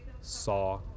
saw